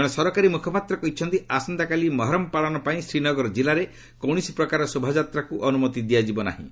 ଜଣେ ସରକାରୀ ମ୍ରଖପାତ୍ର କହିଛନ୍ତି ଆସନ୍ତାକାଲି ମହରମ ପାଳନ ପାଇଁ ଶ୍ରୀନଗର ଜିଲ୍ଲାରେ କୌଣସି ପ୍ରକାର ଶୋଭାଯାତ୍ରାକୁ ଅନୁମତି ଦିଆଯିବ ନାହିଁ